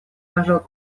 пожал